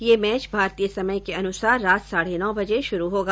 यह मैच भारतीय समय के अनुसार रात साढ़े नौ बजे शुरू होगा